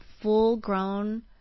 full-grown